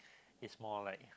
is more like